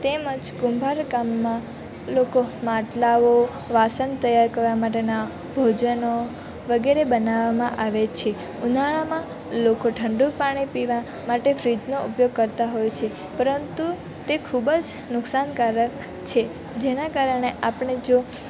તેમજ કુંભારકામમાં લોકો માટલાંઓ વાસણ તૈયાર કરવા માટેના ભોજનો વગેરે બનાવવામાં આવે છે ઉનાળામાં લોકો ઠંડુ પાણી પીવા માટે ફ્રિજનો ઉપયોગ કરતાં હોય છે પરંતુ તે ખૂબ જ નુકસાનકારક છે જેના કારણે આપણે જો